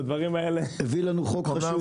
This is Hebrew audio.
עשה לנו חוק חשוב.